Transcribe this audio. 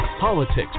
politics